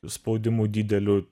spaudimu dideliu